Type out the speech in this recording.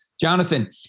Jonathan